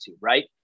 right